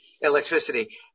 Electricity